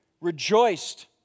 rejoiced